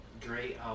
Dre